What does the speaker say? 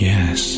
Yes